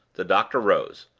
the doctor rose,